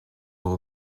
all